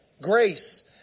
grace